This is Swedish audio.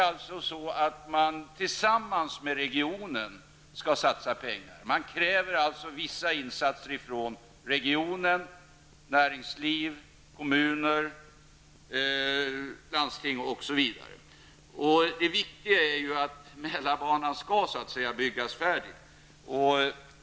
Infrastrukturfonden skall tillsammans med regionen satsa pengar. Man kräver alltså vissa insatser från regionen, näringslivet, kommuner, landsting, osv. Det viktiga är ju att Mälarbanan skall byggas färdig.